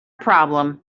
problem